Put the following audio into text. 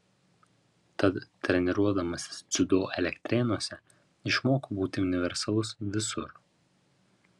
tad treniruodamasis dziudo elektrėnuose išmokau būti universalus visur